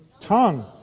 tongue